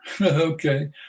okay